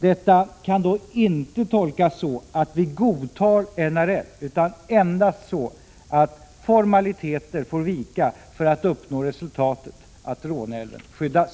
Detta kan dock inte tolkas så att vi godtar NRL, utan endast så att formaliteter får vika för att resultatet skall uppnås: att Råneälven skyddas.